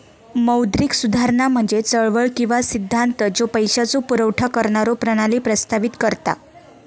मौद्रिक सुधारणा म्हणजे चळवळ किंवा सिद्धांत ज्यो पैशाचो पुरवठा करणारो प्रणाली प्रस्तावित करता